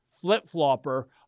flip-flopper